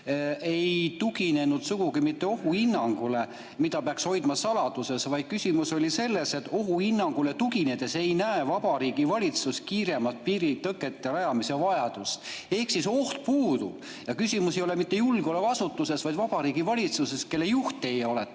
ei [seisnenud] sugugi mitte ohuhinnangus, mida peaks hoidma saladuses, vaid küsimus oli selles, et ohuhinnangule tuginedes ei näe Vabariigi Valitsus kiiremat piiritõkete rajamise vajadust. Ehk oht [nagu] puudub. Ja küsimus ei ole mitte julgeolekuasutuses, vaid Vabariigi Valitsuses, kelle juht teie olete.